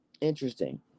Interesting